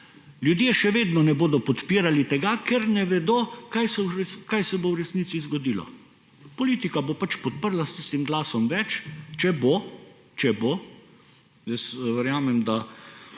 ljudje še vedno ne bodo podpirali tega, ker ne vedo, kaj se bo v resnici zgodilo. Politika bo pač podprla s tistim glasom več, če bo, če bo. Jaz verjamem, da